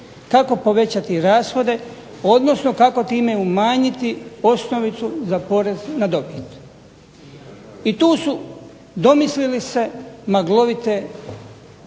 kako povećati rashode odnosno kako time umanjiti osnovicu za porez na dobit. I tu su domislili se maglovite